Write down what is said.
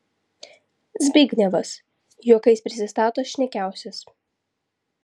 zbignevas juokais prisistato šnekiausias